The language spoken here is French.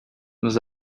nous